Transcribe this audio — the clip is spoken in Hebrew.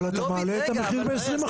אבל אתה מעלה את המחיר ב-20%.